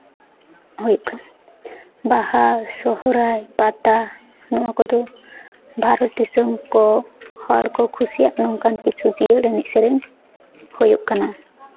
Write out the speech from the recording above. ᱦᱩᱭᱩᱜ ᱠᱟᱱᱟ ᱵᱟᱦᱟ ᱥᱚᱨᱦᱟᱭ ᱯᱟᱛᱟ ᱱᱚᱣᱟ ᱠᱚᱫᱚ ᱵᱷᱟᱨᱚᱛ ᱫᱤᱥᱚᱢ ᱠᱚ ᱦᱚᱲ ᱠᱚ ᱠᱩᱥᱤᱭᱟᱜ ᱱᱚᱝᱠᱟᱱ ᱠᱤᱪᱷᱩ ᱡᱤᱭᱟᱹᱲ ᱮᱱᱮᱡ ᱥᱮᱨᱮᱧ ᱦᱩᱭᱩᱜ ᱠᱟᱱᱟ